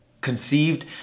conceived